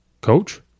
coach